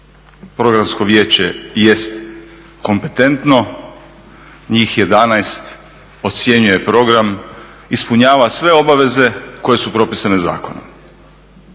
Programsko vijeće jest kompetentno, njih 11 ocjenjuje program, ispunjava sve obaveze koje su propisane zakonom.